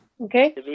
Okay